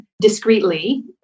discreetly